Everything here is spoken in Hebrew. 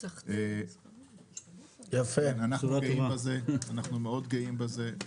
אנחנו מאוד גאים בזה,